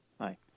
Hi